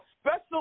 special